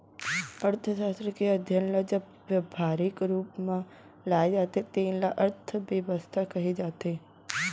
अर्थसास्त्र के अध्ययन ल जब ब्यवहारिक रूप म लाए जाथे तेन ल अर्थबेवस्था कहे जाथे